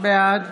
בעד